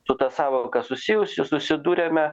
su ta sąvoka susijusiu susidūrėme